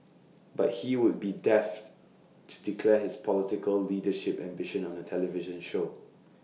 but he would be daft to declare his political leadership ambitions on A television show